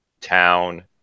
town